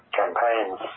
campaigns